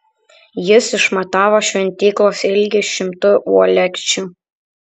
jis išmatavo šventyklos ilgį šimtu uolekčių